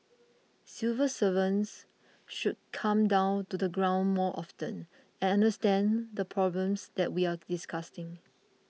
civil servants should come down to the ground more often and understand the problems that we're discussing